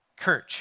kirch